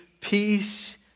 peace